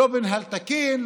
לא במינהל תקין,